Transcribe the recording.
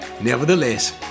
Nevertheless